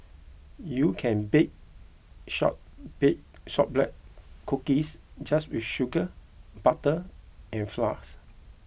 you can bake short beat Shortbread Cookies just with sugar butter and flours